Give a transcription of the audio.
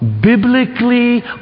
biblically